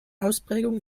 ausprägung